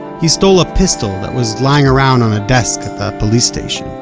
he stole a pistol that was lying around on a desk at the police station.